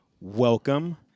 Welcome